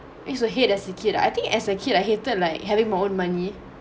used to hate as a kid uh I think as a kid I hated like having my own money